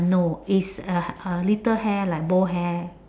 no is uh uh little hair like bowl hair